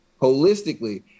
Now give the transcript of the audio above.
holistically